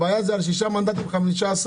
הבעיה זה על שישה מנדטים 15 משרות.